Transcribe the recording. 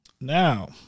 Now